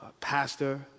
Pastor